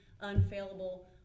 unfailable